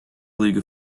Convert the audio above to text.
league